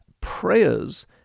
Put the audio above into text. prayers